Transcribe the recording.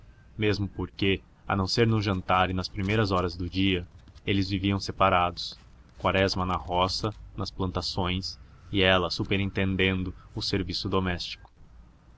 mesmo porque a não ser no jantar e nas primeiras horas do dia eles viviam separados quaresma na roça nas plantações e ela superintendendo o serviço doméstico